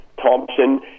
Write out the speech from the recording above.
Thompson